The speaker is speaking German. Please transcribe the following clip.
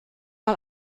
mal